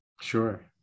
Sure